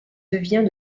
devient